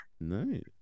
nice